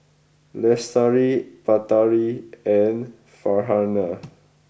Lestari Batari and Farhanah